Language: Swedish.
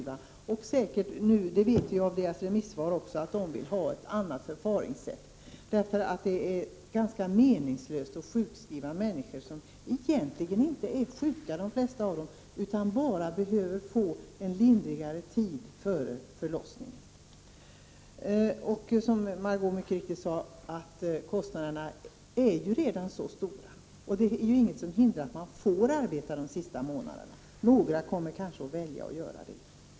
Vi vet nu också av deras remisssvar att de vill ha ett annat förfaringssätt. Det är ganska meningslöst att sjukskriva människor som egentligen inte är sjuka, utan bara behöver få en lindrigare tid före förlossningen. Kostnaderna är ju redan så stora, som Margö Ingvardsson mycket riktigt sade. Det är inget som hindrar att man får arbeta de sista månaderna. Några kommer kanske att välja att göra det.